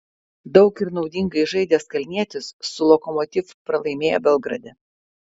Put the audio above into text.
daug ir naudingai žaidęs kalnietis su lokomotiv pralaimėjo belgrade